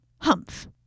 Humph